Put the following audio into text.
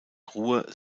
ruhr